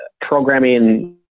programming